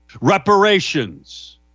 Reparations